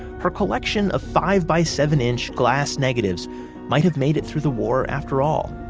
her collection of five-by-seven inch glass negatives might have made it through the war after all